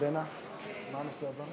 התשע"ה 2015,